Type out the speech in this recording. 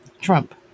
Trump